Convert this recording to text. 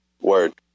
Word